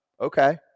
Okay